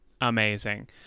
amazing